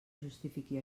justifiqui